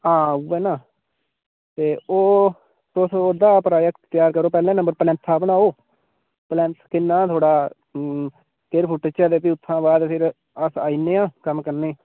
हां उ'यै ना ते ओह् तुस ओह्दा प्रोजैक्ट तेआर करो पैह्लें नंबर पलैंथा बनाओ पलैंथ किन्ना थुआढ़ा सक्वायर फुट च ऐ ते भी उत्थूं बाद फिर अस आई जन्ने आं कम्म करने ई